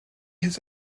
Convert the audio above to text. has